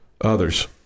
others